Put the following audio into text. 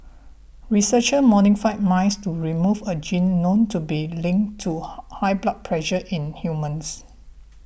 researchers modified mice to remove a gene known to be linked to high blood pressure in humans